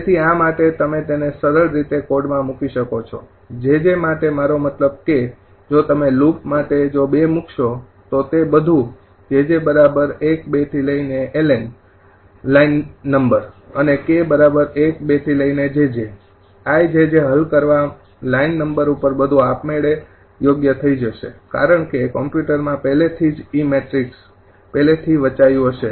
તેથી આ માટે તમે તેને સરળ રીતે કોડમાં મૂકી શકો છો 𝑗𝑗 માટેમારો મતલબ કે જો તમે લૂપ માટે જો ૨મૂકશો તો તે બધું 𝑗𝑗 ૧૨LN અને 𝑘 ૧૨ jj i હલ કરવા LN ઉપર બધુ આપમેળે યોગ્ય થઈ જશે કારણ કે કમ્પ્યુટરમાં પહેલેથી જ 𝑒 મેટ્રિક્સ પહેલેથી વચાયું હશે